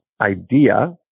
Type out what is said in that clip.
idea